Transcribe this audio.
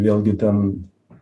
vėlgi ten